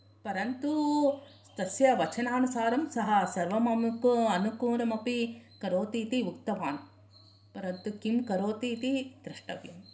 परन्तु तस्य वचनानुसारं सः सर्वम् अमुकू अनुकुलमपि करोति इति उक्तवान् परन्तु किं करोति इति द्रष्टव्यम्